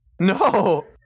no